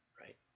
right